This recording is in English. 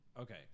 okay